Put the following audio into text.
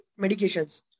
medications